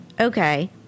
Okay